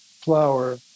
flower